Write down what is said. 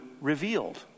revealed